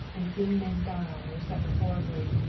and seeing men die or suffer horribly,